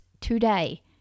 today